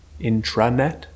intranet